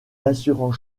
d’assurance